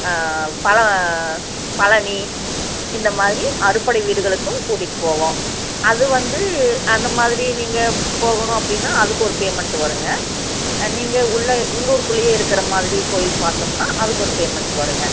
பழ பழனி இந்த மாதிரி அறுபடை வீடுகளுக்கும் கூட்டிகிட்டு போவோம் அது வந்து அந்த மாதிரி நீங்கள் போகணும் அப்படினா அதுக்கு ஒரு பேமண்ட் வருங்க நீங்கள் உள்ளே உள்ளூர்குள்ளேயே இருக்கிற மாதிரி கோயில் பார்த்தோம்னா அதுக்கொரு பேமண்ட் வருங்க